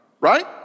right